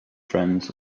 friends